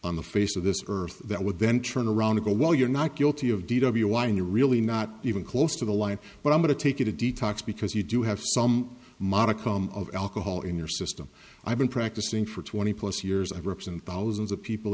on the face of this earth that would then turn around to go well you're not guilty of d w one you're really not even close to the line but i'm going to take you to detox because you do have some modicum of alcohol in your system i've been practicing for twenty plus years i represent thousands of people